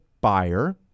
buyer